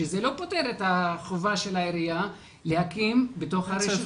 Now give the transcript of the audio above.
שזה לא פותר את החובה של העירייה להקים בתוך הרשות.